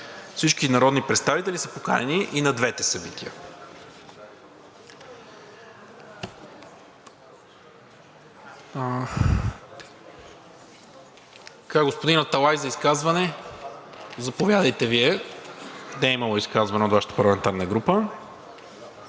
Всички народни представители са поканени и на двете събития. Господин Аталай, за изказване? Заповядайте. Не е имало изказване от Вашата парламентарна група.